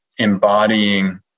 embodying